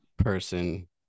person